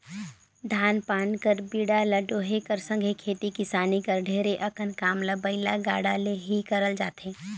धान पान कर बीड़ा ल डोहे कर संघे खेती किसानी कर ढेरे अकन काम ल बइला गाड़ा ले ही करल जाथे